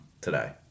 today